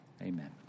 amen